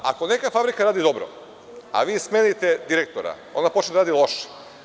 Ako neka fabrika radi dobro, a vi smenite direktora, ona počne da radi loše.